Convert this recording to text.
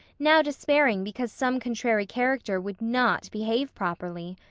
now despairing because some contrary character would not behave properly.